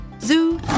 zoo